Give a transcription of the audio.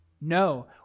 No